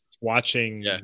watching